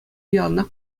яланах